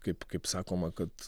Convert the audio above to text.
kaip kaip sakoma kad